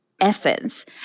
essence